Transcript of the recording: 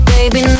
Baby